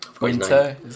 Winter